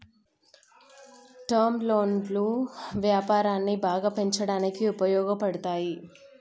term లోన్లు వ్యాపారాన్ని బాగా పెంచడానికి ఉపయోగపడతాయి